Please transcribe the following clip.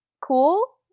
Cool